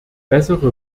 bessere